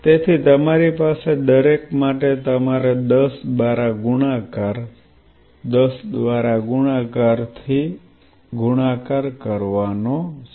તેથી તમારી પાસે દરેક માટે તમારે 10 દ્વારા ગુણાકાર 10 દ્વારા ગુણાકાર 10 દ્વારા ગુણાકાર 10 થી ગુણાકાર કરવાનો છે